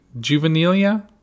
Juvenilia